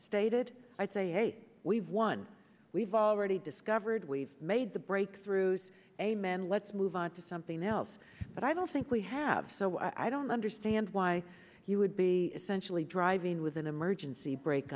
stated i'd say hey we've won we've already discovered we've made the breakthroughs a man let's move on to something else but i don't think we have so i don't understand why you would be sensually driving with an emergency brak